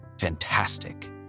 fantastic